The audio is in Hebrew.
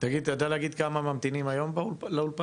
אתה יודע להגיד, כמה ממתינים היום לאולפן?